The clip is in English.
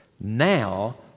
Now